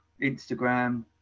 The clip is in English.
Instagram